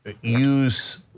use